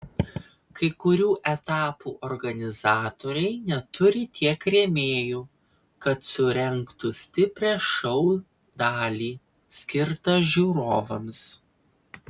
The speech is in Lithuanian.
kai kurių etapų organizatoriai neturi tiek rėmėjų kad surengtų stiprią šou dalį skirtą žiūrovams